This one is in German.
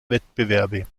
wettbewerbe